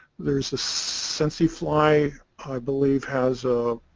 there's a sense they fly i believe has a